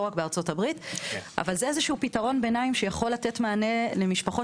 לא רק בארצות הברית אבל זה פתרון ביניים שיכול לתת מענה למשפחות